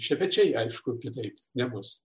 šepečiai aišku kitaip nebus